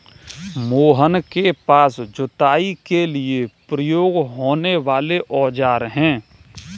मोहन के पास जुताई के लिए प्रयोग होने वाले औज़ार है